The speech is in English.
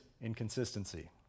inconsistency